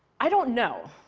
i don't know.